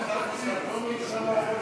ההודעות הן עם הצבעות?